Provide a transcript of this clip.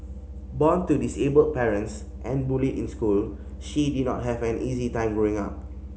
born to disabled parents and bullied in school she did not have an easy time growing up